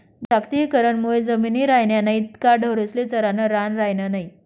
जागतिकीकरण मुये जमिनी रायन्या नैत का ढोरेस्ले चरानं रान रायनं नै